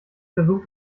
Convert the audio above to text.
versucht